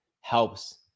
helps